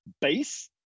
base